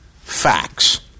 Facts